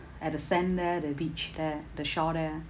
at the sand there the beach there the shore there ah